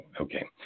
Okay